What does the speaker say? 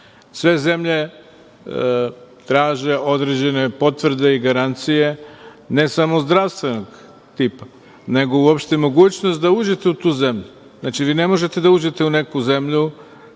Sve zemlje traže određene potvrde i garancije, ne samo zdravstvenog tipa, nego uopšte mogućnost da uđete u tu zemlju. Znači, vi ne možete da uđete u neku zemlju,